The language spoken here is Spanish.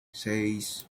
seis